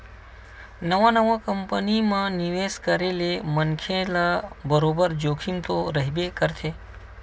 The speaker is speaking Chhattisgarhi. नवा नवा कंपनी म निवेस करे ले मनखे ल बरोबर जोखिम तो रहिबे करथे